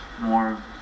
more